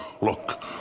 Look